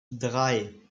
drei